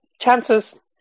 chances